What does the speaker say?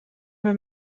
met